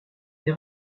des